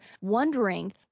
wondering